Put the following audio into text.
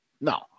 No